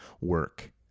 work